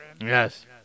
Yes